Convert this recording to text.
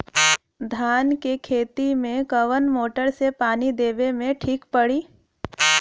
धान के खेती मे कवन मोटर से पानी देवे मे ठीक पड़ी?